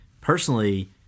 personally